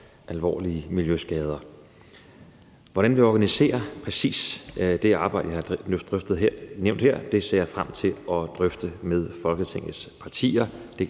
alvorlige miljøskader. Hvordan vi organiserer præcist det arbejde, jeg har nævnt her, ser jeg frem til at drøfte med Folketingets partier.